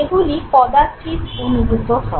এগুলি কদাচিত অনুভূত হয়